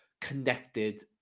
connected